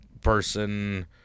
person